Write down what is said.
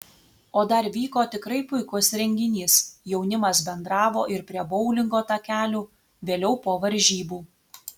o dar vyko tikrai puikus renginys jaunimas bendravo ir prie boulingo takelių vėliau po varžybų